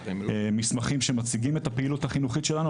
מסמכים שמציגים את הפעילות החינוכית שלנו,